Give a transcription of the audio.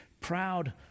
proud